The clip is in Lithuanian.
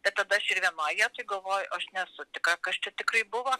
bet tada aš ir vienoj vietoj galvoju aš nesu tikra kas čia tikrai buvo